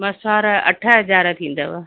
मसिवाड़ अठ हज़ार थींदव